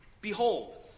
Behold